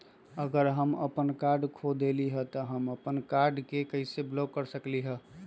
अगर हम अपन कार्ड खो देली ह त हम अपन कार्ड के कैसे ब्लॉक कर सकली ह?